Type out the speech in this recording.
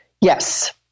Yes